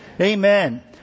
Amen